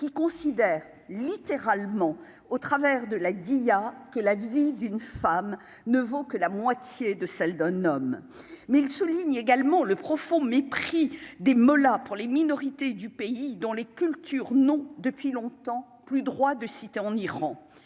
qui considère littéralement au travers de la il y a que la vie d'une femme ne vaut que la moitié de celle d'un homme. Mais il souligne également le profond mépris des mollahs pour les minorités du pays dont les cultures non depuis longtemps plus droit de cité en Iran